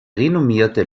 renommierte